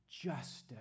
justice